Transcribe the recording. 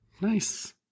Nice